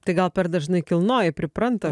tai gal per dažnai kilnoji pripranta